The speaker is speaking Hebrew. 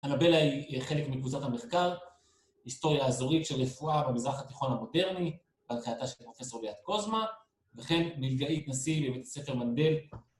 הנבלה היא חלק מקבוצת המחקר, היסטוריה האזורית של הרפואה במזרח התיכון המודרני בהנחייתה של פרופ' ביעד קוזמה, וכן מלגאית נשיא לבית הספר מנבל